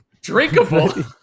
drinkable